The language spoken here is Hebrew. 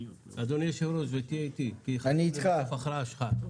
אדוני היושב-ראש ותהיה איתי כי בסוף זו הכרעה שלך.